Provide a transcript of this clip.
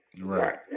Right